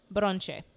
Bronche